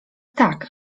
tak